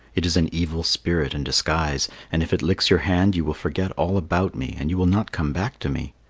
it is an evil spirit in disguise, and if it licks your hand you will forget all about me and you will not come back to me.